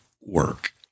work